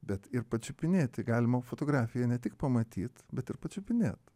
bet ir pačiupinėti galima fotografiją ne tik pamatyt bet ir pačiupinėt